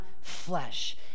flesh